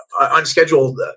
unscheduled